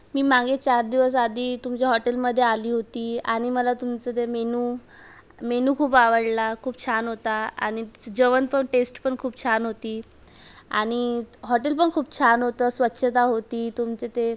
मी मागे चार दिवस आधी तुमच्या हॉटेलमध्ये आली होती आणि मला तुमचं ते मेनू मेनू खूप आवडला खूप छान होता आणि जेवण पण टेस्ट पण खूप छान होती आणि हॉटेल पण खूप छान होतं स्वच्छता होती तुमचे ते